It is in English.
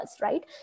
right